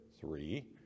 three